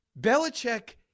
Belichick